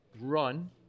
run